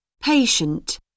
Patient